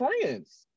friends